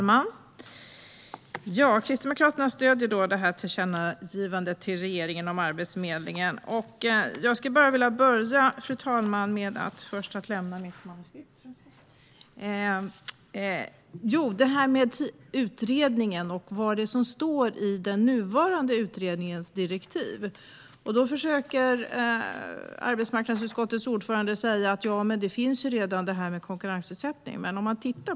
Fru talman! Kristdemokraterna stöder tillkännagivandet till regeringen om Arbetsförmedlingen. Jag skulle vilja börja med utredningen och vad som står i den nuvarande utredningens direktiv. Arbetsmarknadsutskottets ordförande försöker säga att detta med konkurrensutsättning redan finns.